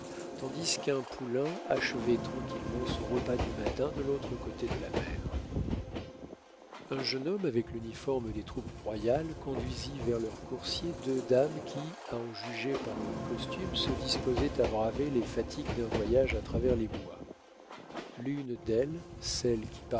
tandis qu'un poulain achevait tranquillement son repas du matin de l'autre côté de la mère un jeune homme avec l'uniforme des troupes royales conduisit vers leurs coursiers deux dames qui à en juger par leur costume se disposaient à braver les fatigues d'un voyage à travers les bois l'une d'elles celle qui